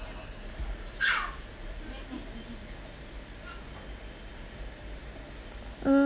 mm